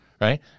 Right